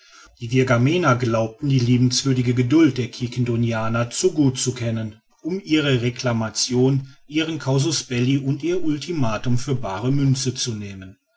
die virgamener glaubten die liebenswürdige geduld der quiquendonianer zu gut zu kennen um ihre reclamation ihren casus belli und ihr ultimatum für baare münze zu nehmen